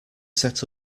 set